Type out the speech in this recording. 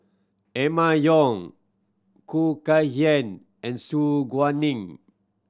Emma Yong Khoo Kay Hian and Su Guaning